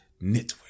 Network